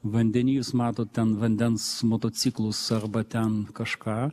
vandeny jūs matot ten vandens motociklus arba ten kažką